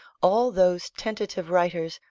all those tentative writers,